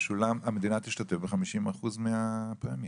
המדינה תשתתף ב- 50% מהפרמיה.